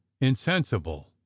insensible